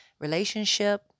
relationship